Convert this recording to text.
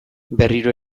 berriro